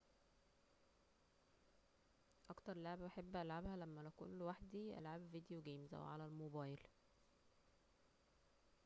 اكتر لعبه بحب العبها لما بكون لوحدي هي العاب الفيديو جيمز أو على الموبايل